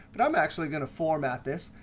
but i'm actually going to format this.